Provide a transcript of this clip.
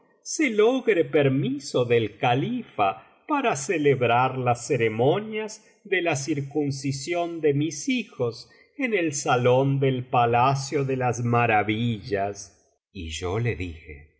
se logre permiso del califa para celebrar las ceremonias de la circuncisión de mis hijos en el salón del palacio de las maravillas y yo le dije oh